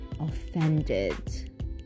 offended